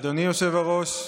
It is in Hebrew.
אדוני היושב-ראש,